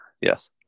Yes